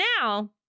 now